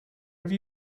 have